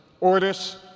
Orders